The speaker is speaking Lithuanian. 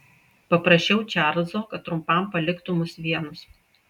paprašiau čarlzo kad trumpam paliktų mus vienus